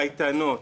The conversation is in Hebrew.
קייטנות,